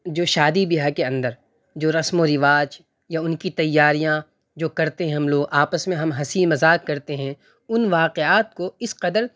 جو شادی بیاہ کے اندر جو رسم و رواج یا ان کی تیاریاں جو کرتے ہیں ہم لوگ آپس میں ہم ہنسی مذاق کرتے ہیں ان واقعات کو اس قدر